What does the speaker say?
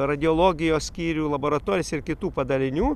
radiologijos skyrių laboratorijos ir kitų padalinių